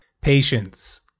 Patience